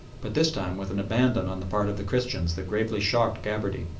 but this time with an abandon on the part of the christians that gravely shocked gabarty,